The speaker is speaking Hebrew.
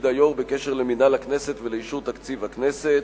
היושב-ראש בקשר למינהל הכנסת ולאישור תקציב הכנסת.